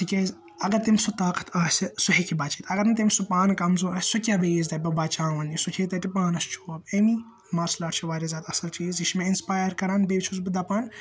تِکیٛازِ اَگَر تٔمۍ سُہ طاقَتھ آسہِ سُہ ہیٚکہِ بَچٲوِتھ اَگَر نہٕ تٔمِس سُہ پانہٕ کَمزور آسہِ سُہ کیٛاہ بیٚیِس دَپہِ بہٕ بَچاوَن یہِ سُہ کھیٚیہِ تَتہِ پانَس چوب اَمی مارشَل آرٹ چھُ وارِیاہ زیادٕ اَصٕل چیٖز یہِ چھُ مےٚ اِنَسپایَر کَران بیٚیہِ چھُس بہٕ دَپان